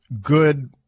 good